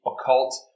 occult